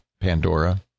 Pandora